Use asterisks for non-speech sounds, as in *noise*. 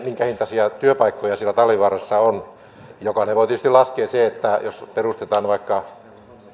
*unintelligible* minkä hintaisia työpaikkoja siellä talvivaarassa on jokainen voi tietysti laskea sen että jos perustetaan vaikka